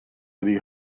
ydy